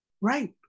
Right